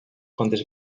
quantes